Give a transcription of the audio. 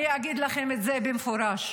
אני אגיד לכם את זה במפורש: